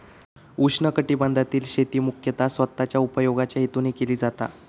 उष्णकटिबंधातील शेती मुख्यतः स्वतःच्या उपयोगाच्या हेतून केली जाता